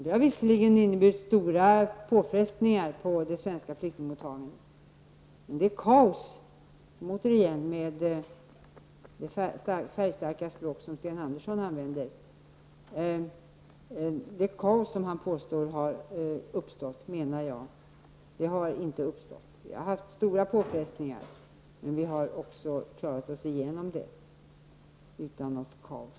Det har visserligen inneburit stora påfrestningar på det svenska flyktingmottagandet, men det kaos som Sten Andersson med sitt färgstarka språk påstod hade uppstått har, menar jag, inte uppstått. Det har inneburit stora påfrestningar för oss, men vi har också klarat oss igenom dem utan något kaos.